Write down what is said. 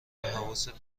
حواست